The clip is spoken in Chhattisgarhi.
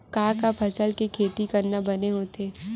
का का फसल के खेती करना बने होथे?